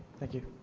thank you.